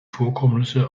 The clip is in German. vorkommnisse